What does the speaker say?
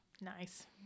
nice